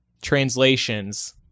translations